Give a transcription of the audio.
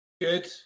Good